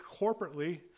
corporately